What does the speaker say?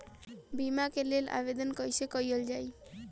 बीमा के लेल आवेदन कैसे कयील जाइ?